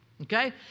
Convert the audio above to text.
Okay